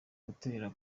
gutera